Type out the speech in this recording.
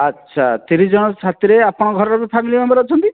ଆଚ୍ଛା ତିରିଶ ଜଣ ଛାତ୍ରୀ ଆପଣଙ୍କ ଘରରେ ବି ଫ୍ୟାମିଲି ମେମ୍ବର ଅଛନ୍ତି